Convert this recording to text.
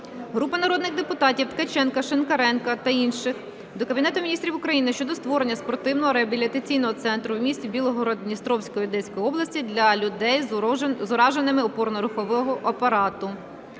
Групи народних депутатів (Ткаченка, Шинкаренка та інших) до Кабінету Міністрів України щодо створення спортивного реабілітаційного центру у місті Білгород-Дністровський Одеської області для людей з ураженням опорно-рухового апарату.